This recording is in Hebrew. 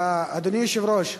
אדוני היושב-ראש,